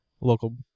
local